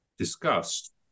discussed